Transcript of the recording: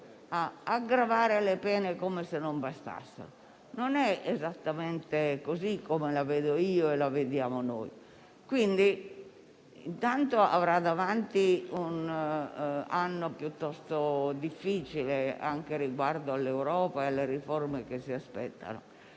nuovi reati, come se non bastassero. Non è esattamente così come la vedo e come la vediamo noi. Avrà davanti a sé un anno piuttosto difficile anche riguardo all'Europa e alle riforme che si aspettano.